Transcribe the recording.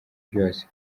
byose